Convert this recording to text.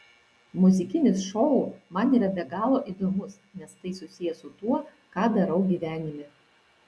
muzikinis šou man yra be galo įdomus nes tai susiję su tuo ką darau gyvenime